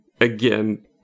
again